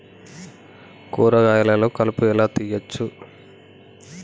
కూరగాయలలో కలుపు ఎలా తీయచ్చు?